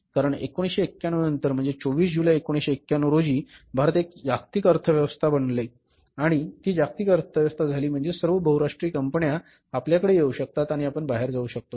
कारण 1991 नंतर म्हणजे 24 जुलै 1991 रोजी भारत एक जागतिक अर्थव्यवस्था बनले आणि ती जागतिक अर्थव्यवस्था झाली म्हणजे सर्व बहुराष्ट्रीय कंपन्या आपल्याकडे येऊ शकतात आणि आपण बाहेर जाऊ शकतो